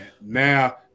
now